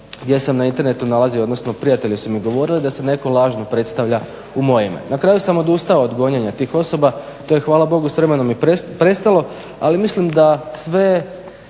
gdje sam na internetu nalazio odnosno prijatelji su mi govorili da se netko lažno predstavlja u moje ime. Na kraju sam odustao od gonjenja tih osoba. To je hvala Bogu s vremenom i prestalo. Ali mislim da sve